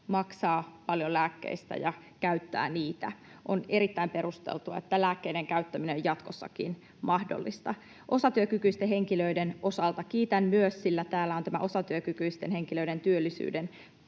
maksaa paljon lääkkeistä ja käyttää niitä. On erittäin perusteltua, että lääkkeiden käyttäminen on jatkossakin mahdollista. Osatyökykyisten henkilöiden osalta kiitän myös, sillä täällä on osatyökykyisten henkilöiden työllisyyden